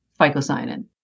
phycocyanin